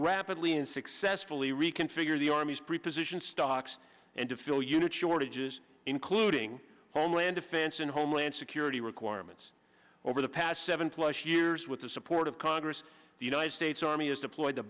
rapidly and successfully reconfigure the army's pre position stocks and to fill unit shortages including land defense and homeland security requirements over the past seven plus years with the support of congress the united states army has deployed the